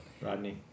Rodney